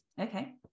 Okay